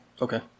okay